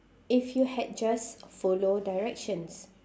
if you had just follow directions